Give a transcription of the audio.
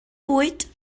bwyd